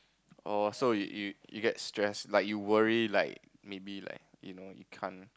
oh so you you you get stressed like you worry like maybe like you know you can't